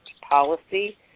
policy